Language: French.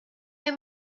les